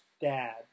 dad